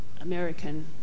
American